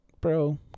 bro